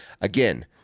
Again